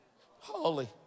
holy